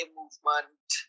movement